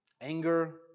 anger